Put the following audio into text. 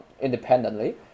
independently